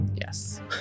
Yes